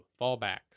Fallbacks